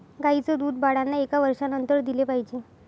गाईचं दूध बाळांना एका वर्षानंतर दिले पाहिजे